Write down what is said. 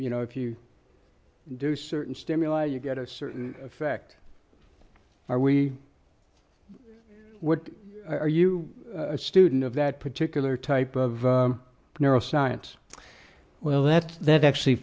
you know if you do certain stimuli you get a certain effect are we what are you a student of that particular type of neuroscience well that that actually